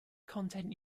content